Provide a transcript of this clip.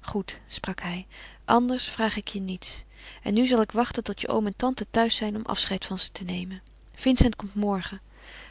goed sprak hij anders vraag ik je niets en nu zal ik wachten tot je oom en tante thuis zijn om afscheid van ze te nemen vincent komt morgen